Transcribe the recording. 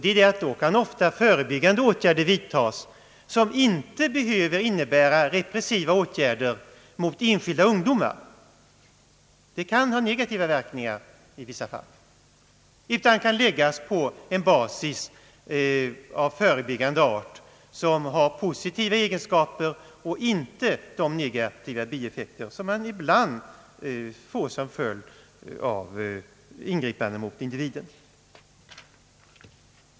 Då kan nämligen ofta förebyggande åtgärder vidtas som inte behöver innebära repressiva åtgärder mot enskilda ungdomar — dessa åtgärder kan ha negativa verkningar i vissa fall — utan åtgärder som kan ha positiva egenskaper och inte de negativa bieffekter som ibland blir följden av ett ingripande mot individen.